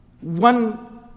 One